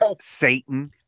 satan